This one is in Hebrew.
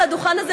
על הדוכן הזה,